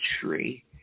tree